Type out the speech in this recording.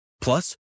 Plus